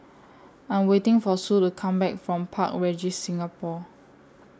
I'm waiting For Sue to Come Back from Park Regis Singapore